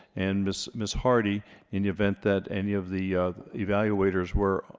and ms ms hardy in the event that any of the evaluators were